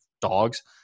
dogs –